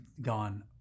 gone